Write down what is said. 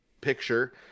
picture